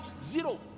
zero